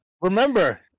Remember